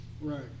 Right